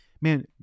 man